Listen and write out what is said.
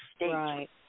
Right